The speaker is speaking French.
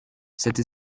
cette